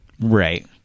Right